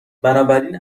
بنابراین